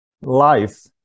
life